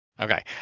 Okay